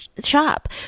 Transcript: shop